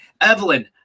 Evelyn